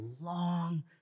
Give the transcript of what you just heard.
long